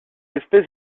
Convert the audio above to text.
espèce